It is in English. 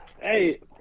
Hey